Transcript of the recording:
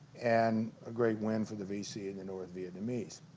and a great win for the vc and the north vietnamese.